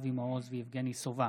אבי מעוז ויבגני סובה